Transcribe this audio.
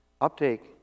Uptake